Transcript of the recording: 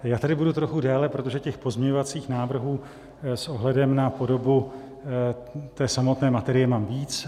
Já tady budu trochu déle, protože těch pozměňovacích návrhů s ohledem na podobu té samotné materie mám víc.